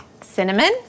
cinnamon